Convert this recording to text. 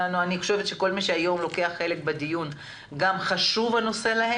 כל מי שהיום לוקח חלק בדיון חשוב לו הנושא.